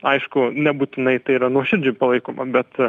aišku nebūtinai tai yra nuoširdžiai palaikoma bet